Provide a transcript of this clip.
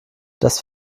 das